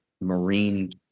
marine